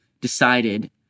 decided